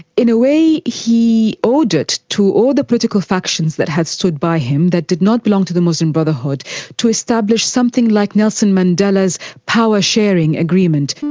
in a way, he owed it to all the political factions that had stood by him that did not belong to the muslim brotherhood to establish something like nelson mandela's power-sharing agreement.